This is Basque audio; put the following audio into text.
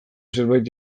zerbait